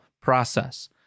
process